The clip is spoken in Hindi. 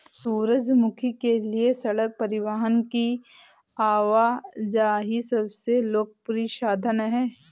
सूरजमुखी के लिए सड़क परिवहन की आवाजाही सबसे लोकप्रिय साधन है